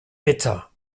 bitter